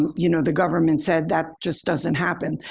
you know, the government said, that just doesn't happen.